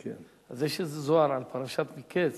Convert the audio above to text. אז הזוהר על פרשת מקץ